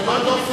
תודה.